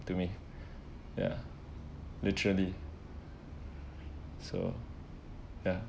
to me ya literally so ya